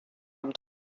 amb